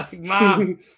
mom